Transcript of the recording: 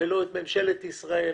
ולא את ממשלת ישראל,